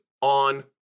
on